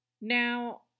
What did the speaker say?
Now